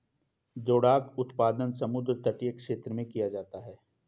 जोडाक उत्पादन समुद्र तटीय क्षेत्र में किया जाता है